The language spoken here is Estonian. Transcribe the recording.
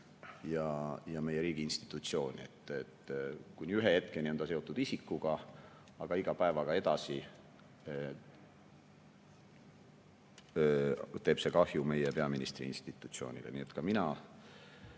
ja meie riigi institutsioone. Kuni ühe hetkeni on see seotud isikuga, aga iga päev edasi teeb kahju meie peaministri institutsioonile. Nii et ka mina